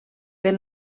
per